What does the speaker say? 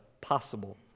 possible